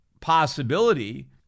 possibility